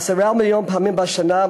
10 מיליון פעמים בשנה,